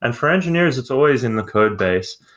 and for engineers, it's always in the codebase.